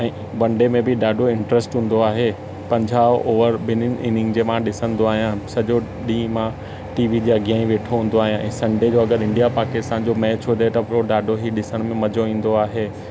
ऐं one day में बि ॾाढो इंट्र्स्ट हूंदो आहे पंजाहु ओवर ॿिन्हिनि इनिंग जे मां ॾिसंदो आहियां सॼो ॾींहुं मां टी वी जे अॻियां ई वेठो हूंदो आहियां ऐं संडे जो अगरि इंडिया पाकिस्तान जो मैच हुजे त पोइ ॾाढो ई ॾिसण में मज़ो ईंदो आहे